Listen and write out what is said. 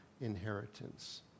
inheritance